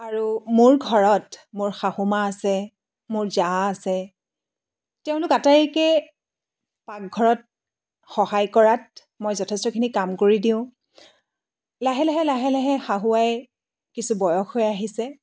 আৰু মোৰ ঘৰত মোৰ শাহু মা আছে মোৰ জা আছে তেওঁলোক আটাইকে পাকঘৰত সহায় কৰাত মই যথেষ্টখিনি কাম কৰি দিওঁ লাহে লাহে লাহে লাহে শাহু আইৰ কিছু বয়স হৈ আহিছে